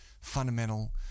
fundamental